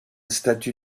statue